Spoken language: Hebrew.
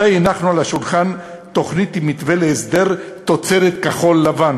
מתי הנחנו על השולחן תוכנית עם מתווה להסדר תוצרת כחול-לבן?